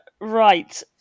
right